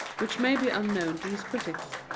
which may be unknown to his critics.